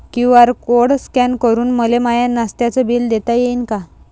QR code scan करून मले माय नास्त्याच बिल देता येईन का?